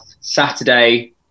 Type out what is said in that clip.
Saturday